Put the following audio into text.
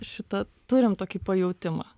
šita turim tokį pajautimą